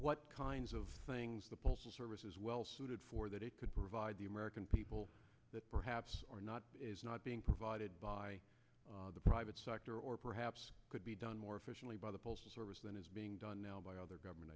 what kinds of things the postal service is well suited for that it could provide the american people that perhaps or not is not being provided by the private sector or perhaps could be done more efficiently by the postal service than is being done now by other government